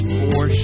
four